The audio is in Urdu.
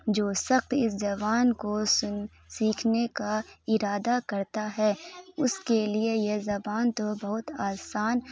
جو سخت اس جوان کو سن سیکھنے کا ارادہ کرتا ہے اس کے لیے یہ زبان تو بہت آسان